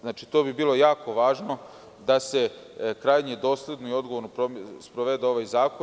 Znači, to bi bilo jako važno da se krajnje dosledno i odgovorno sprovede ovaj zakon.